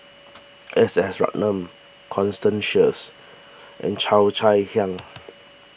S S Ratnam Constance Sheares and Cheo Chai Hiang